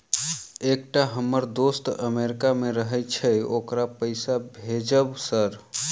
एकटा हम्मर दोस्त अमेरिका मे रहैय छै ओकरा पैसा भेजब सर?